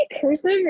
cursive